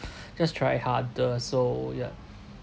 just try harder so ya